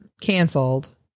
canceled